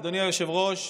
אדוני היושב-ראש,